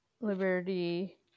liberty